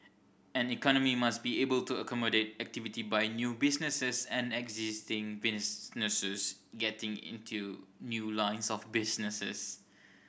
an economy must be able to accommodate activity by new businesses and existing businesses getting into new lines of businesses